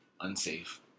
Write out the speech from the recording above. Unsafe